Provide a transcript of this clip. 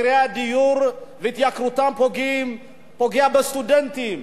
התייקרות הדיור פוגעת בסטודנטים,